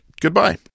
goodbye